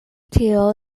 tio